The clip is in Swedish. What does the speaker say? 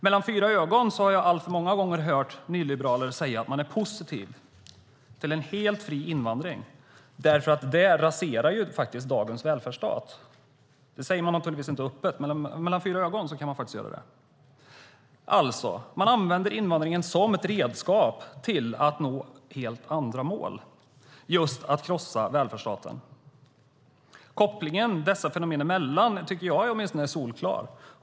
Mellan fyra ögon har jag alltför många gånger hört nyliberaler säga att man är positiv till en helt fri invandring därför att det raserar dagens välfärdsstat. Det säger man naturligtvis inte öppet, men mellan fyra ögon kan man göra det. Man använder alltså invandringen som ett redskap till att nå helt andra mål, det vill säga just att krossa välfärdstaten. Kopplingen dessa fenomen emellan tycker åtminstone jag är solklar.